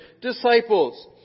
disciples